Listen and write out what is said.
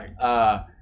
Right